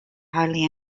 hardly